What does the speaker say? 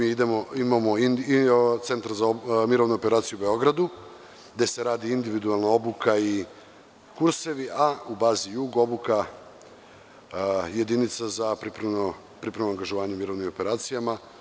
Imamo Centar za mirovne operacije u Beogradu, gde se rade individualna obuka i kursevi, a u bazi „Jug“ obuka jedinica za pripremno angažovanje u mirovnim operacijama.